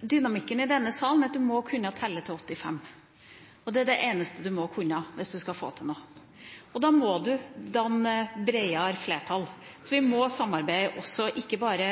dynamikken i denne sal er at man må kunne telle til 85. Det er det eneste man må kunne hvis man skal få til noe. Da må man danne bredere flertall. Vi må samarbeide – ikke bare